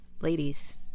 ladies